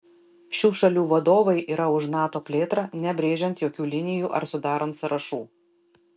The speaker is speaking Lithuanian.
šių šalių vadovai yra už nato plėtrą nebrėžiant jokių linijų ar sudarant sąrašų